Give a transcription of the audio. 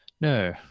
No